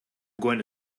going